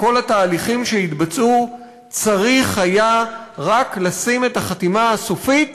כל התהליכים שהתבצעו צריך היה רק לשים את החתימה הסופית